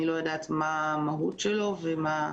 אני לא יודעת מהי המהות שלו ומה הסוגיה.